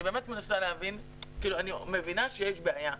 אני מבינה שיש בעיה,